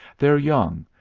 their young,